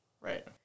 Right